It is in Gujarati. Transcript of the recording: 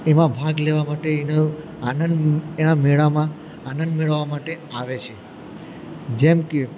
એમાં ભાગ લેવા માટે એનો આનંદ એના મેળામાં આનંદ મેળવવા માટે આવે છે જેમ કે